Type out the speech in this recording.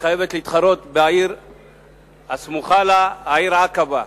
וחייבת להתחרות בעיר הסמוכה לה, העיר עקבה,